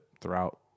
throughout